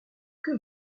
que